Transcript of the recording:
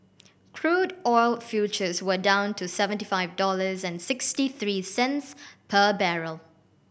crude oil futures were down to seventy five dollars and sixty three cents per barrel